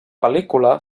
pel·lícula